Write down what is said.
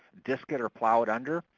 disc it or plow it under,